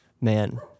Man